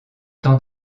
temps